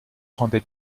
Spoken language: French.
rendait